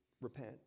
repent